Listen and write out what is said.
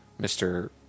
Mr